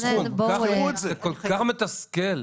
זה כל כך מתסכל,